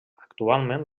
actualment